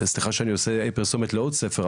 סליחה שאני עושה פרסומת לעוד ספר,